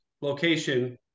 location